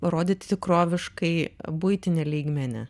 rodyti tikroviškai buitinį lygmenį